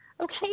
Okay